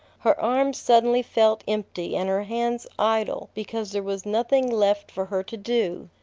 her arms suddenly felt empty and her hands idle because there was nothing left for her to do.